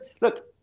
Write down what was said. Look